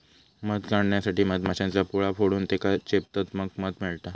मध काढण्यासाठी मधमाश्यांचा पोळा फोडून त्येका चेपतत मग मध मिळता